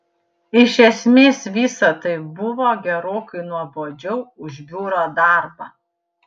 iš esmės visa tai buvo gerokai nuobodžiau už biuro darbą